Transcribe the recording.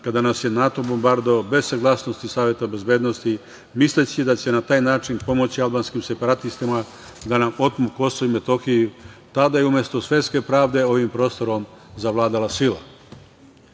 kada nas je NATO bombardovao bez saglasnosti Saveta bezbednosti, misleći da će na taj način pomoći albanskim separatistima da nam otmu Kosovo i Metohiju. Tada je umesto svetske pravde ovim prostorom zavladala sila. Zato